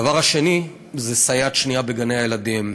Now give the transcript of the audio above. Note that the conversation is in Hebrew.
הדבר השני זה סייעת שנייה בגני-הילדים.